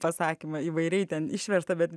pasakymą įvairiai ten išversta bet